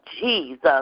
Jesus